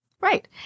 Right